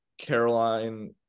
Caroline